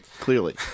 clearly